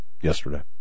yesterday